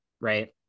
right